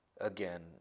again